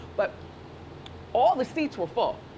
but all the seats were full.